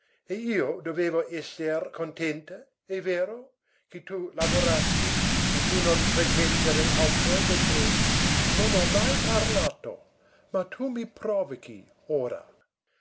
e io dovevo esser contenta è vero che tu lavorassi e non pretendere altro da te non ho mai parlato ma tu mi provochi ora